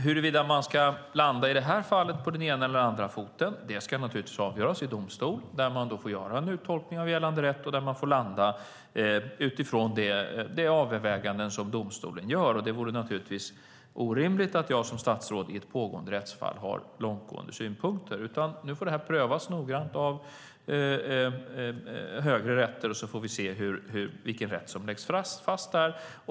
Huruvida man i det här fallet ska landa på den ena eller andra foten ska naturligtvis avgöras i domstol som får göra en uttolkning av gällande rätt och landa i de överväganden som domstolen gör. Det vore naturligtvis orimligt att jag som statsråd i ett pågående rättsfall skulle ha långtgående synpunkter. Nu får det här prövas noggrant av högre rätter, och så får vi se vad som läggs fast där.